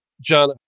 John